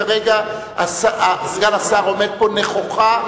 כרגע סגן השר עומד פה נכוחה,